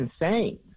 insane